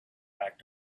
back